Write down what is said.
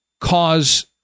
cause